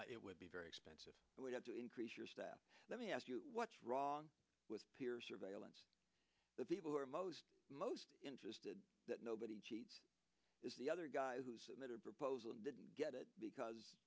not it would be very expensive and would have to increase your staff let me ask you what's wrong with peer surveillance the people who are most most interested that nobody cheats is the other guy who submitted proposal didn't get it because